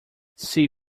see